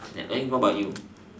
then what about you